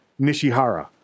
Nishihara